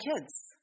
kids